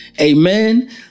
amen